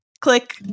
Click